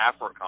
AFRICOM